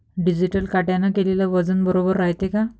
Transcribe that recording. Digital काट्याने केलेल वजन बरोबर रायते का?